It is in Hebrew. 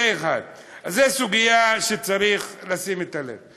זה, 1. זו סוגיה שצריך לשים אליה לב.